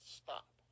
stop